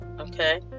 okay